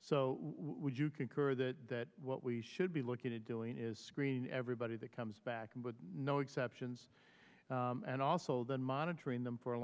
so would you concur that that what we should be looking to doing is screen everybody that comes back in but no exceptions and also then monitoring them for a